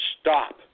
stop